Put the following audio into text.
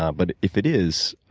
um but if it is,